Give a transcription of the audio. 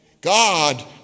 God